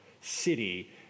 City